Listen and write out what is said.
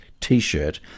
T-shirt